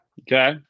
Okay